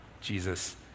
Jesus